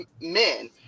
men